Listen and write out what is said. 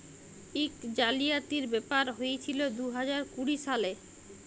ইক জালিয়াতির ব্যাপার হঁইয়েছিল দু হাজার কুড়ি সালে